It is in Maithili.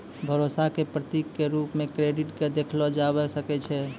भरोसा क प्रतीक क रूप म क्रेडिट क देखलो जाबअ सकै छै